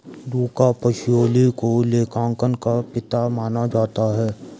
लुका Pacioli को लेखांकन का पिता माना जाता है